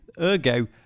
ergo